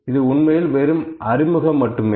இது உண்மையில் வெறும் அறிமுகம் மட்டுமே